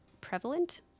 prevalent